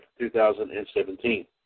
2017